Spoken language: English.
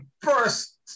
first